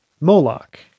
Moloch